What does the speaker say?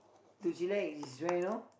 to chillax is where you know